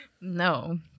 No